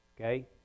okay